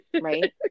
Right